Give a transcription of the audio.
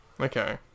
Okay